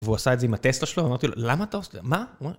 והוא עשה את זה עם הטסלה שלו, אמרתי לו, למה אתה עושה את זה? מה?